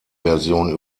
version